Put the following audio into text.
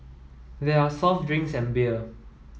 there are soft drinks and beer